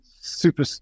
super